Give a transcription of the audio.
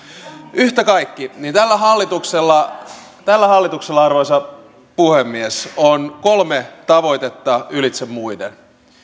yhtä kaikki tällä hallituksella tällä hallituksella arvoisa puhemies on kolme tavoitetta ylitse muiden